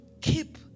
keep